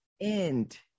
end